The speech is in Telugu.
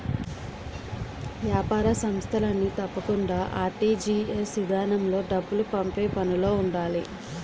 ఏపార సంస్థలన్నీ తప్పకుండా ఆర్.టి.జి.ఎస్ ఇదానంలో డబ్బులు పంపే పనులో ఉండాలి